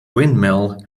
windmill